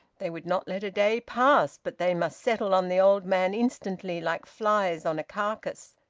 they would not let a day pass but they must settle on the old man instantly, like flies on a carcass!